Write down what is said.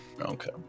Okay